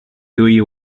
three